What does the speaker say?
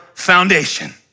foundation